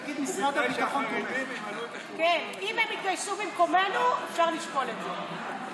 ובתנאי שהחרדים ימלאו את השורות של הנשים.